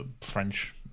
French